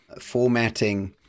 formatting